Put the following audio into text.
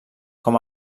com